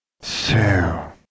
So